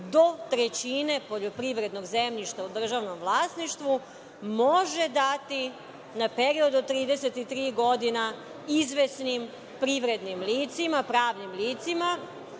do trećine poljoprivrednog zemljišta u državnom vlasništvu može dati na period od 33 godine, izvesnim privrednim licima, pravnim licima. Baš